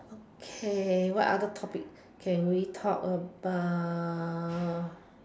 okay what other topic can we talk about